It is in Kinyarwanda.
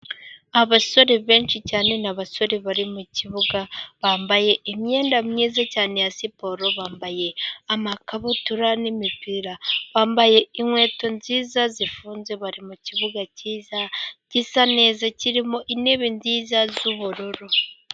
Abasore benshi cyane, ni abasore bari mukibuga, bambaye imyenda myiza cyane ya siporo, bambaye amakabutura n'imipira. Bambaye inkweto nziza zifunze, bari mu kibuga kiza gisa neza kirimo intebe nziza z'ubururu.